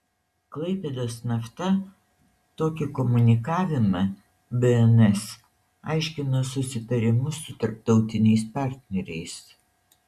klaipėdos nafta tokį komunikavimą bns aiškino susitarimu su tarptautiniais partneriais